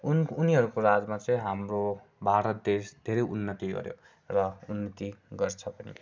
उन उनीहरूको राजमा चाहिँ हाम्रो भारत देश धेरै उन्नति गऱ्यो र उन्नति गर्छ पनि